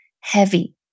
heavy